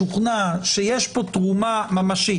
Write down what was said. שוכנע שיש פה תרומה ממשית